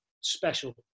Special